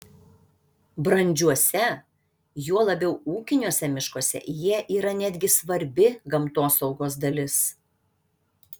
brandžiuose juo labiau ūkiniuose miškuose jie yra netgi svarbi gamtosaugos dalis